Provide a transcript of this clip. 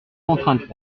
contraintes